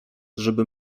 żeby